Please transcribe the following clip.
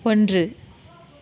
ஒன்று